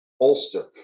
Ulster